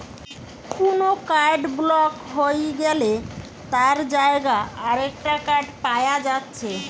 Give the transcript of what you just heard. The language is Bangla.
কুনো কার্ড ব্লক হই গ্যালে তার জাগায় আরেকটা কার্ড পায়া যাচ্ছে